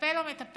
מטפל או מטפלת